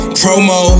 promo